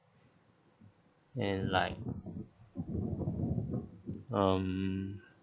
and like um